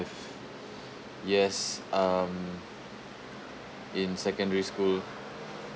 yes um in secondary school